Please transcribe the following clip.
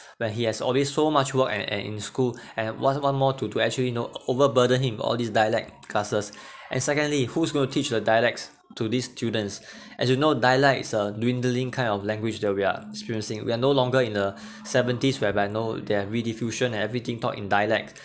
when he has all these so much work and and in school and want want more to to actually you know over burden him all these dialect classes and secondly who's going to teach the dialects to these students as you know dialect is a dwindling kind of language that we are experiencing we're no longer in a seventies whereby know they're re-diffusion everything talk in dialect